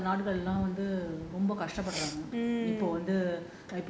but the india மத்த நாடுகள்ள வந்து ரொம்ப கஷ்ட படுறாங்க:matha naadukalla ellaam vanthu romba kashta paduraanga